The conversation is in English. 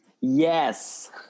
Yes